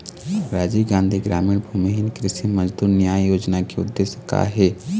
राजीव गांधी गरामीन भूमिहीन कृषि मजदूर न्याय योजना के उद्देश्य का हे?